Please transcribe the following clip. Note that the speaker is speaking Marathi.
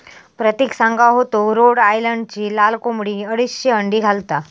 प्रतिक सांगा होतो रोड आयलंडची लाल कोंबडी अडीचशे अंडी घालता